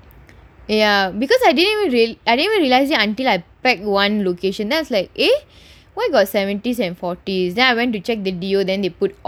ya because I didn't I didn't even realise it until I pack one location then I was like eh why got seventies and forty then I went to check the deal then they put office and